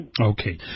Okay